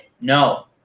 No